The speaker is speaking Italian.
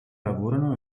lavorano